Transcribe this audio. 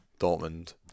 Dortmund